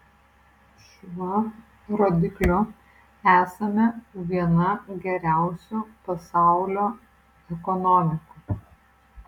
šiuo rodikliu esame viena geriausių pasaulio ekonomikų